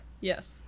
Yes